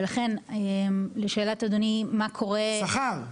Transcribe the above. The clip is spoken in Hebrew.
ולכן לשאלת אדוני מה קורה --- שכר.